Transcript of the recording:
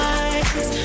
eyes